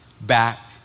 back